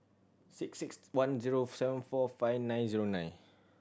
six six one zero seven four five nine zero nine